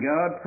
God